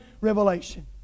revelation